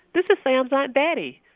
this is sam's aunt betty.